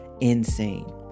insane